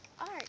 art